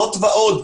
זאת ועוד,